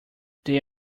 they